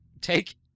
take